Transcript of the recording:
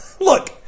Look